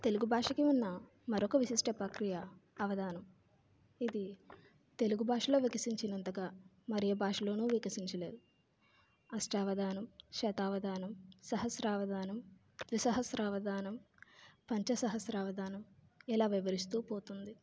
తెలుగు భాషకు ఉన్న మరొక విశిష్ట ప్రక్రియ అవధానం ఇది తెలుగు భాషలో వికసించినంతగా మరి ఏ భాషలోను వికసించలేదు అష్టావదానం శతావధానం సహస్రావధానం ద్విసహస్రావధానం పంచ సహస్రావధానం ఇలా వివరిస్తు పోతుంది